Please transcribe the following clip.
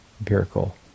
empirical